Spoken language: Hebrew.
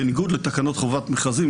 בניגוד לתקנות חובת מכרזים,